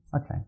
Okay